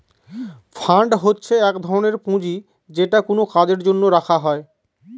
fund হচ্ছে এক ধরনের পুঁজি যেটা কোনো কাজের জন্য রাখা হয়